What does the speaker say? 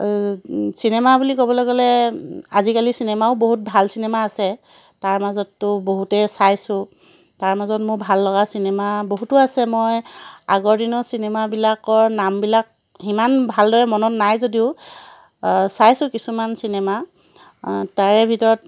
cinema বুলি ক'বলৈ গ'লে আজিকালিৰ চিনেমাও বহুত ভাল চিনেমা আছে তাৰ মাজততো বহুতেই চাইছোঁ তাৰ মাজত মোৰ ভাল লগা চিনেমা বহুতো আছে মই আগৰ দিনৰ চিনেমাবিলাকৰ নামবিলাক সিমান ভালদৰে মনত নাই যদিও চাইছোঁ কিছুমান চিনেমা তাৰে ভিতৰত